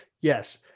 Yes